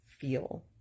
feel